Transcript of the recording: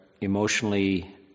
emotionally